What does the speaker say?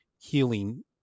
healing